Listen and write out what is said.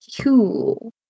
Cool